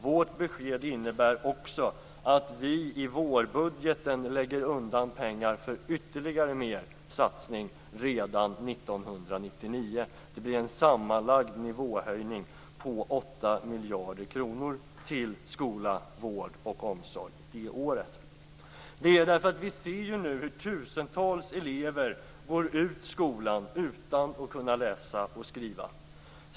Vårt besked innebär också att vi i vårbudgeten lägger undan pengar för ytterligare en satsning 1999. Det blir en nivåhöjning på sammanlagt 8 miljarder kronor till skola, vård och omsorg det året. Vi ser nu att tusentals elever går ut skolan utan att kunna läsa och skriva.